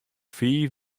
fiif